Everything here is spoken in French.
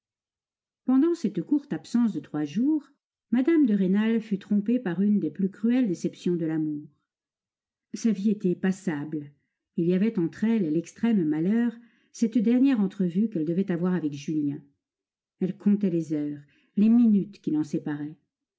pendant cette courte absence de trois jours mme de rênal fut trompée par une des plus cruelles déceptions de l'amour sa vie était passable il y avait entre elle et l'extrême malheur cette dernière entrevue qu'elle devait avoir avec julien elle comptait les heures les minutes qui l'en séparaient